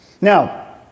Now